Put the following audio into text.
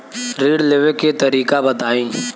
ऋण लेवे के तरीका बताई?